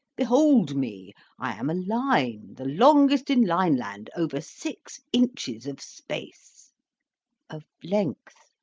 behold me i am a line, the longest in lineland, over six inches of space of length,